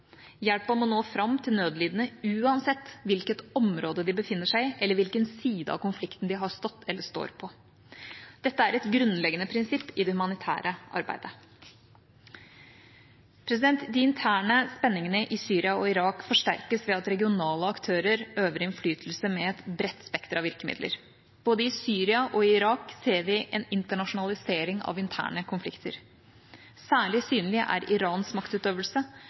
må nå fram til nødlidende uansett hvilket område de befinner seg i, eller hvilken side av konflikten de har stått eller står på. Dette er et grunnleggende prinsipp i det humanitære arbeidet. De interne spenningene i Syria og Irak forsterkes ved at regionale aktører øver innflytelse med et bredt spekter av virkemidler. Både i Syria og i Irak ser vi en internasjonalisering av interne konflikter. Særlig synlig er Irans maktutøvelse,